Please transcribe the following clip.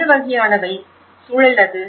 என்ன வகையானவை சூழல் அது